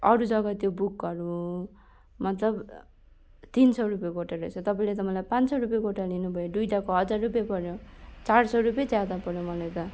अरू जग्गा त्यो बुकहरू मतलब तिन सौ रुपियाँ गोटा रहेछ तपाईँले त मलाई पाँच सौ रुपियाँ गोटा लिनुभयो दुइवटाको हजार रुपियाँ पऱ्यो चार सौ रुपियाँ ज्यादा पऱ्यो मलाई त